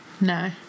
no